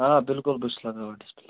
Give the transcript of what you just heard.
آ بِلکُل بہٕ چھُس لَگاوان ڈِسپٕلیے